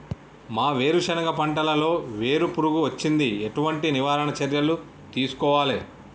మా వేరుశెనగ పంటలలో వేరు పురుగు వచ్చింది? ఎటువంటి నివారణ చర్యలు తీసుకోవాలే?